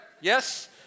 Yes